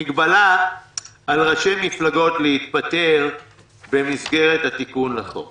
מגבלה על ראשי מפלגות להתפטר במסגרת התיקון לחוק